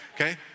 Okay